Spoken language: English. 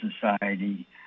society